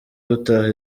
gutaha